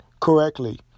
correctly